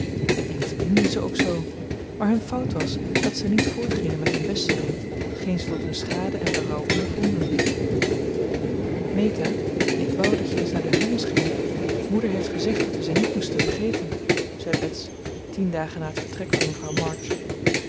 dien verdienden ze ook zoo maar hun fout was dat ze niet voortgingen met hun best te doen t geen ze tot hun schade en berouw ondervonden meta ik wou dat je eens naar de hummels ging moeder heeft gezegd dat wij ze niet moesten vergeten zei bets tien dagen na het vertrek van mevrouw march